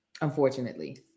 unfortunately